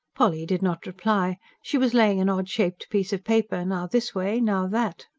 polly did not reply she was laying an odd-shaped piece of paper now this way, now that.